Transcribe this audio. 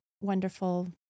wonderful